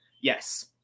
Yes